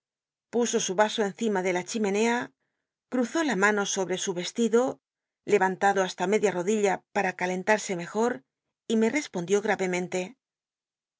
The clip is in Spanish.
puso su vaso encima do la chimenea cuzó la mano sobe su anlado hasta media rodilla para calentarse mejor y me espondió